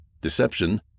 deception